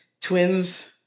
twins